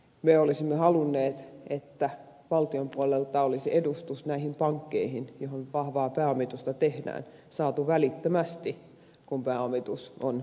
me olisimme halunneet että valtion puolelta olisi edustus näihin pankkeihin joihin vahvaa pääomitusta tehdään saatu välittömästi kun pääomitus on tehty